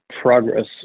progress